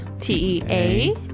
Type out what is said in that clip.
t-e-a